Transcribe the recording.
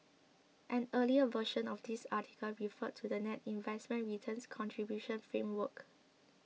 an earlier version of this article referred to the net investment returns contribution framework